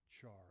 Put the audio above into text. charge